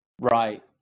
Right